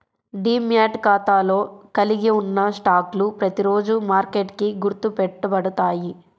demat ఖాతాలో కలిగి ఉన్న స్టాక్లు ప్రతిరోజూ మార్కెట్కి గుర్తు పెట్టబడతాయి